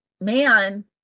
man